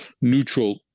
neutral